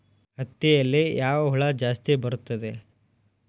ಹತ್ತಿಯಲ್ಲಿ ಯಾವ ಹುಳ ಜಾಸ್ತಿ ಬರುತ್ತದೆ?